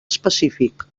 específic